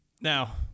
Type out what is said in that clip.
Now